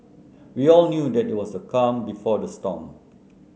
we all knew that it was the calm before the storm